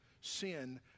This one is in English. Sin